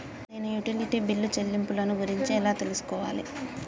నేను utility bill చెల్లింపులను గురించి ఎలా తెలుసుకోవాలి?